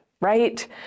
right